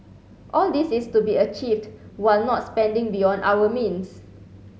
all this is to be achieved while not spending beyond our means